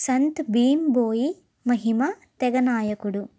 సంత్ భీమ్ బోయి మహిమ తెగ నాయకుడు